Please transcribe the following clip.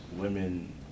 women